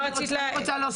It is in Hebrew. מה רצית להוסיף?